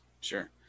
sure